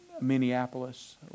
Minneapolis